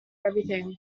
everything